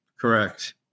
correct